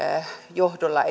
johdolla